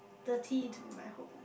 dirty to be my home